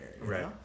Right